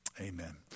Amen